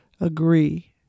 agree